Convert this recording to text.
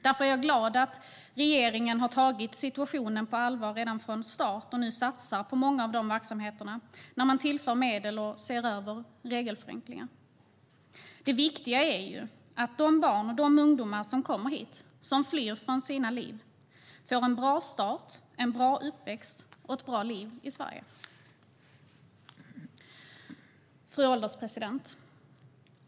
Därför är jag glad att regeringen har tagit situationen på allvar redan från start och nu satsar på många av dessa verksamheter när man tillför medel och överväger regelförenklingar. Det viktiga är ju att de barn och ungdomar som kommer hit, som flytt för sina liv, får en bra start, en bra uppväxt och ett bra liv i Sverige. Fru ålderspresident!